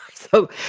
so,